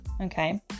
okay